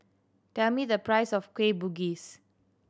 tell me the price of Kueh Bugis